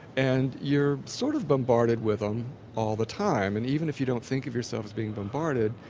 and you're sort of bombarded with them all the time. and even if you don't think of yourself as being bombarded,